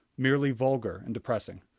merely vulgar and depressing.